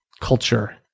culture